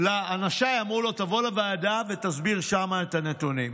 אנשיי אמרו לו: תבוא לוועדה ותסביר שם את הנתונים.